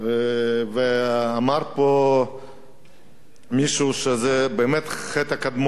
אמר פה מישהו שזה באמת החטא הקדמון.